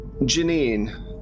Janine